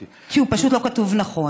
כי הוא פשוט לא כתוב נכון.